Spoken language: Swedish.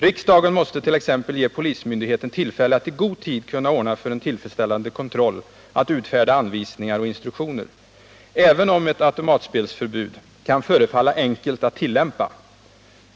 Riksdagen måste t.ex. ge polismyndigheten tillfälle att i god tid ordna för en tillfredsställande kontroll och att utfärda anvisningar och instruktioner, även om ett automatspelsförbud kan förefalla enkelt att tillämpa.